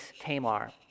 Tamar